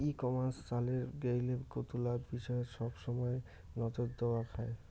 ই commerce চালের গেইলে কতুলা বিষয়ত সবসমাই নজর দ্যাওয়া খায়